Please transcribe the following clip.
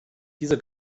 dieser